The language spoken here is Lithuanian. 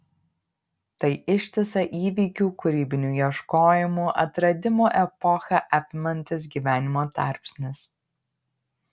tai ištisą įvykių kūrybinių ieškojimų atradimų epochą apimantis gyvenimo tarpsnis